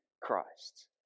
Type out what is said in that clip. Christ